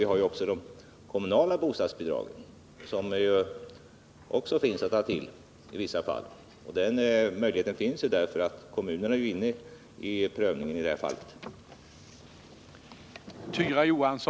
Vi har även de kommunala bostadsbidragen som man kan ta till i vissa fall. Den möjligheten finns, eftersom kommunen deltar i prövningen i sådana här fall.